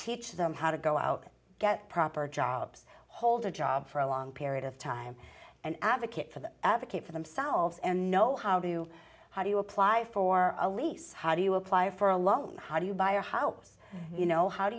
teach them how to go out get proper jobs hold a job for a long period of time and advocate for the advocate for themselves and know how do you how do you apply for a lease how do you apply for a long how do you buy a house you know how do